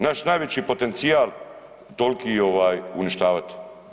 Naš najveći potencijal toliki uništavati.